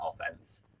offense